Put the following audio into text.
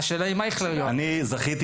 השאלה האם אייכלר יאהב.